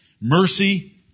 Mercy